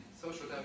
social